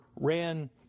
ran